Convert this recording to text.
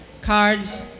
cards